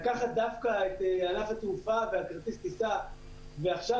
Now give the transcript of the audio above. לקחת דווקא את ענף תעופה והכרטיס הטיסה ועכשיו